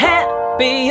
Happy